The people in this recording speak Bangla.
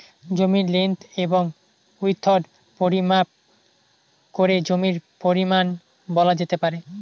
জমির লেন্থ এবং উইড্থ পরিমাপ করে জমির পরিমান বলা যেতে পারে